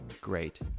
great